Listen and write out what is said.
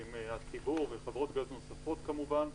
עם הציבור וחברות גז נוספות כמובן,